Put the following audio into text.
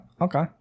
Okay